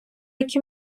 які